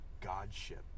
godship